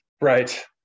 Right